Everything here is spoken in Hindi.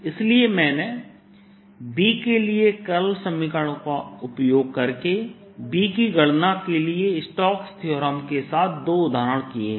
As 0I2πlns z इसलिए मैंने B के लिए कर्ल समीकरण का उपयोग करके B की गणना के लिए स्टोक्स थ्योरमStoke's Theorem के साथ दो उदाहरण किए हैं